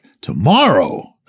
Tomorrow